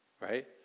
Right